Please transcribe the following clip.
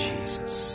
Jesus